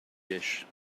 dish